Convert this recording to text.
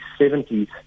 70s